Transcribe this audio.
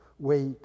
Wait